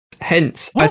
hence